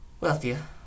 Wealthier